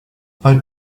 about